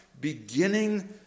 beginning